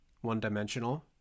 one-dimensional